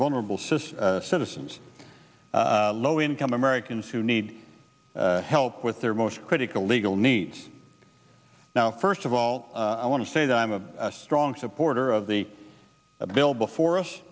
vulnerable sis citizens low income americans who need help with their most critical legal need now first of all i want to say that i am a strong supporter of the a bill before